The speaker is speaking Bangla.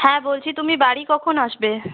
হ্যাঁ বলছি তুমি বাড়ি কখন আসবে